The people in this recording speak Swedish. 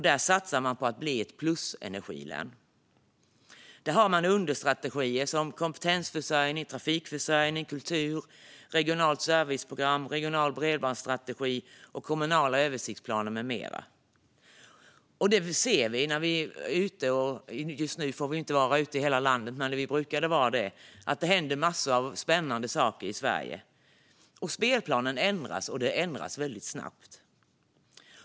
Där satsar man på att bli ett plusenergilän, och man har understrategier som kompetensförsörjning, trafikförsörjning, kultur, regionalt serviceprogram, regional bredbandsstrategi, kommunala översiktsplaner med mera. Just nu får vi inte åka ut i landet, men när vi brukade göra det såg vi att det händer massor av spännande saker i Sverige. Spelplanen ändras, och det går väldigt snabbt.